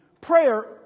Prayer